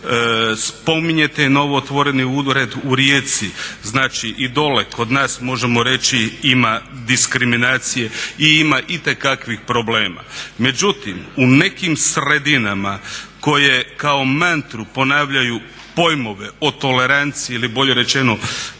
spominjete i novootvoreni ured u Rijeci, znači i dole kod nas možemo reći ima diskriminacije i ima itekakvih problema. Međutim, u nekim sredinama koje kao mantru ponavljaju pojmove o toleranciji ili bolje rečeno